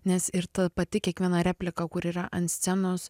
nes ir ta pati kiekviena replika kur yra ant scenos